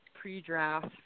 pre-draft